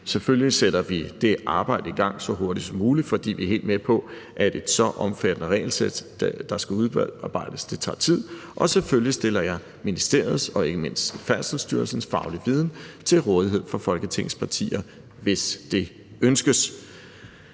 selvfølgelig sætter vi det arbejde i gang så hurtigt som muligt, fordi vi er helt med på, at et så omfattende regelsæt, som der skal udarbejdes, tager tid, og selvfølgelig stiller jeg ministeriets og ikke mindst Færdselsstyrelsens faglige viden til rådighed for Folketingets partier, hvis det ønskes.